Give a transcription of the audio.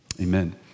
Amen